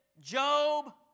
Job